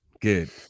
Good